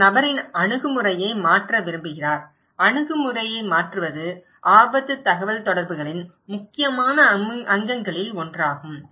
அவர் நபரின் அணுகுமுறையை மாற்ற விரும்புகிறார் அணுகுமுறையை மாற்றுவது ஆபத்து தகவல்தொடர்புகளின் முக்கியமான அங்கங்களில் ஒன்றாகும்